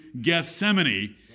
Gethsemane